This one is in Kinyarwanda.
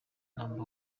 number